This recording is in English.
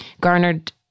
garnered